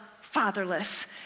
fatherless